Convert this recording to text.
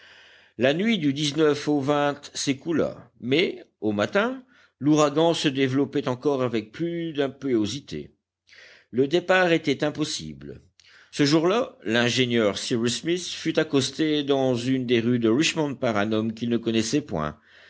la nuit du au s'écoula mais au matin l'ouragan se développait encore avec plus d'impétuosité le départ était impossible ce jour-là l'ingénieur cyrus smith fut accosté dans une des rues de richmond par un homme qu'il ne connaissait point